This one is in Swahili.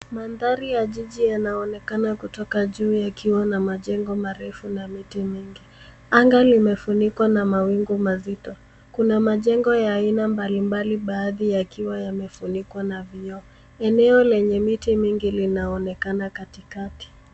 Mandhari ya jiji yanaonekana kutoka juu yakiwa na majengo marefu na miti mingi. Anga limefunikwa na mawingu mazito. Kuna majengo ya aina mbalimbali baadhi yakiwa yamefunikwa na vioo. Eneo lenye miti mingi linaonekana katikati.